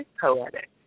poetic